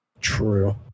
True